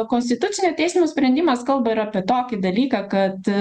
konstitucinio teismo sprendimas kalba ir apie tokį dalyką kad